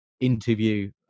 interview